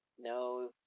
no